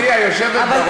חברתי היושבת בראש,